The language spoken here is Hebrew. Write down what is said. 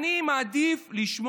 אני לא יודע אם אפשר לתת